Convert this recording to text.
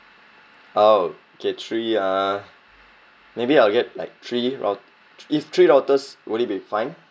okay three uh maybe I'll get like three rou~ if three routers would it be fine